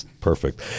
Perfect